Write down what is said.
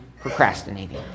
procrastinating